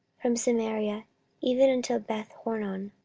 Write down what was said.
from samaria even unto bethhoron,